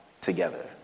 together